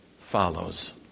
follows